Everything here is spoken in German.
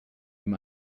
ihm